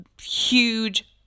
huge